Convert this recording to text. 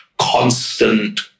constant